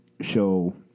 show